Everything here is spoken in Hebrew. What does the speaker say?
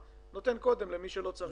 נותן קודם למי שלא צריך.